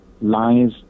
lies